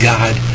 God